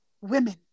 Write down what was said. women